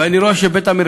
ואני רואה שבתי-המרקחת,